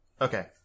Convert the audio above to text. Okay